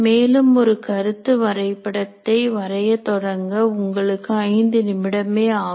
மேலும் ஒரு கருத்து வரைபடத்தை வரைய தொடங்க உங்களுக்கு ஐந்து நிமிடமே ஆகும்